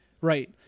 Right